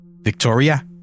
Victoria